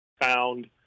found